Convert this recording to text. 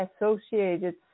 associated